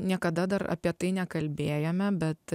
niekada dar apie tai nekalbėjome bet